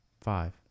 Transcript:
five